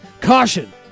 Caution